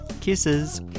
Kisses